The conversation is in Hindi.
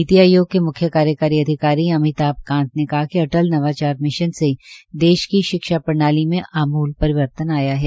नीति आयोग के म्ख्य कार्यकारी अधिकारी अभिताभ कांत ने कहा कि अटल नवाचार मिशन से देश की शिक्षा प्रणाली में आमूल परिवर्तन आया है